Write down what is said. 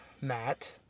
Matt